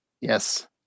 Yes